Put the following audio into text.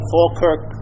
Falkirk